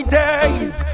days